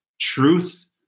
truth